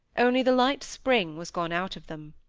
only the light spring was gone out of them.